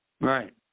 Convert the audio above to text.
Right